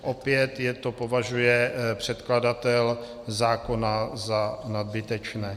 Opět to považuje předkladatel zákona za nadbytečné.